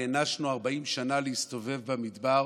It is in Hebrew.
נענשנו 40 שנה להסתובב במדבר